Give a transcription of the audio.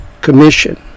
commission